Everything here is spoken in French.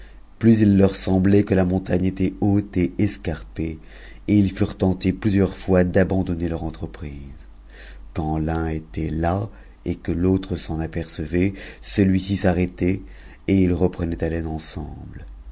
plus il leur semblait que la monta rnp était haute et escarpée et ils furent tentés plusieurs fois d'abandonner m entreprise quand l'un était las et que l'autre s'en apercevait celuici s'arrêtait et ils reprenaient haleine ensemble